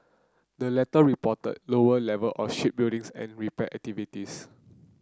the latter reported lower level of ship buildings and repair activities